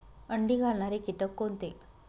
अंडी घालणारे किटक कोणते?